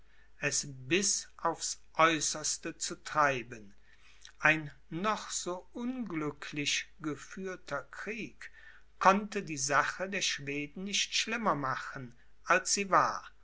es bis aufs aeußerste zu treiben ein noch so unglücklich geführter krieg konnte die sache der schweden nicht schlimmer machen als sie war